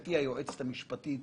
שחברתי היועצת המשפטית